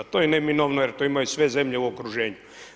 To je neminovno jer to imaju sve zemlje u okruženju.